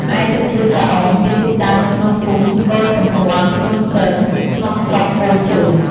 ឯទឹកជ្រោះចាអ៊ុង មានទីតាំងនៅក្នុងភូមិកុលសម្ព័ន្ធភ្នំគ្រឹង ក្នុងស្រុកអូរជុំ។